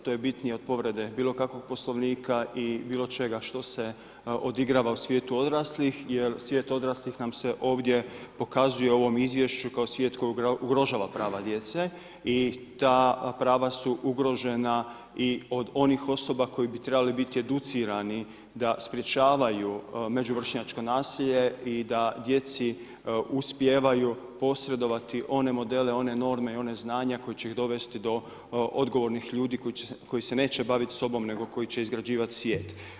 TO je bitnije od povrede bilo kakvog Poslovnika i bilo čega što se odigrava u svijetu odraslih jer svijet odraslih nam se ovdje pokazuje u ovom izvješću kao svijet koji ugrožava prava djece i ta prava su ugrožena i od onih osoba koji bi trebali biti educirani da sprečavaju međuvršnjačko nasilje i da djeci uspijevaju posredovati one modele, one norme i ona znanja koja će ih dovesti do odgovornih ljudi koji se neće baviti sobom nego koji će izgrađivati svijet.